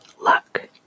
luck